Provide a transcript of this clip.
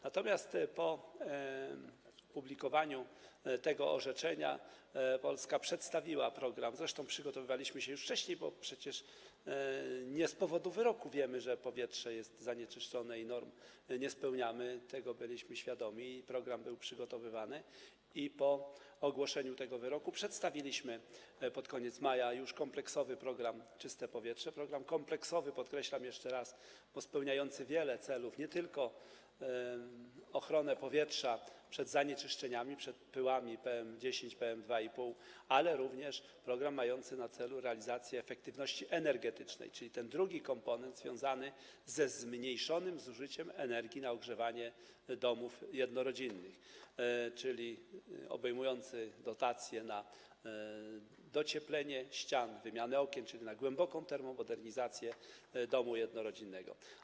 Natomiast po opublikowaniu tego orzeczenia Polska przedstawiła program - zresztą przygotowywaliśmy się już wcześniej, bo przecież nie z powodu wyroku wiemy, że powietrze jest zanieczyszczone i norm nie spełniamy, tego byliśmy świadomi i program był przygotowywany - przedstawiliśmy więc po ogłoszeniu tego wyroku pod koniec maja już kompleksowy program „Czyste powietrze” - program kompleksowy, podkreślam jeszcze raz, bo pozwalający osiągnąć wiele celów, nie tylko ochronę powietrza przed zanieczyszczeniami, przed pyłami PM10, PM2,5, ale również umożliwiający realizację efektywności energetycznej - to ten drugi komponent związany ze zmniejszonym zużyciem energii na ogrzewanie domów jednorodzinnych, obejmujący dotację na docieplenie ścian, wymianę okien, czyli na głęboką termomodernizację domu jednorodzinnego.